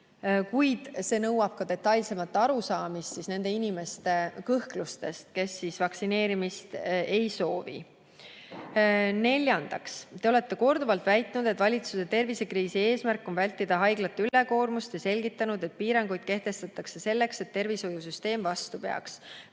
kuid see nõuab ka detailsemat arusaamist nende inimeste kõhklustest, kes vaktsineerimist ei soovi. Neljandaks: "Te olete korduvalt väitnud, et valitsuse tervisekriisi eesmärk on vältida haiglate ülekoormust, ja selgitanud, et piiranguid kehtestatakse selleks, et tervishoiusüsteem vastu peaks.